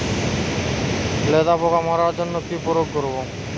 লেদা পোকা মারার জন্য কি প্রয়োগ করব?